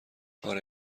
آره